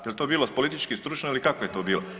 Jel to bilo politički stručno ili kako je to bilo?